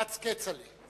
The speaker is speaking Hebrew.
כץ-כצל'ה.